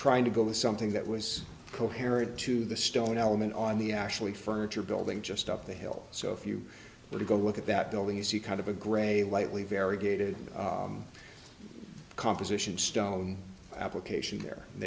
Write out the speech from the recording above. trying to go with something that was coherent to the stone element on the actually furniture building just up the hill so if you were to go look at that building you see kind of a gray lightly variegated composition stone application where